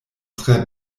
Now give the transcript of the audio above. tre